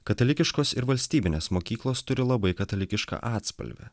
katalikiškos ir valstybinės mokyklos turi labai katalikišką atspalvį